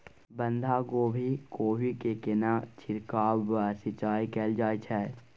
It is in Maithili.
बंधागोभी कोबी मे केना छिरकाव व सिंचाई कैल जाय छै?